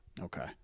Okay